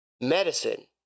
medicine